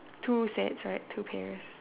two sets right two pairs